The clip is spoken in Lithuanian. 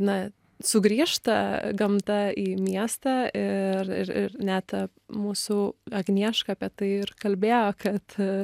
na sugrįžta gamta į miestą ir ir ir net mūsų agnieška apie tai ir kalbėjo kad